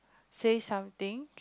say something